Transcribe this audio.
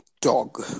dog